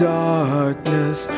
darkness